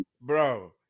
Bro